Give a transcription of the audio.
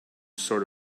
sort